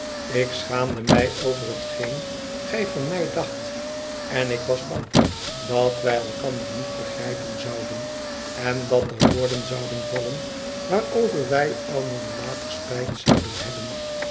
ik schaamde mij over hetgeen gij van mij dacht en ik was bang dat wij elkander niet begrijpen zouden en dat er woorden zouden vallen waarover wij allen later spijt zouden hebben